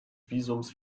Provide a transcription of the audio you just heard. visums